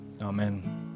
amen